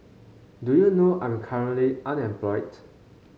do you know I'm currently unemployed